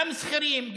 גם שכירים,